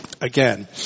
again